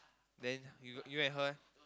then you you and her eh